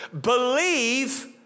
Believe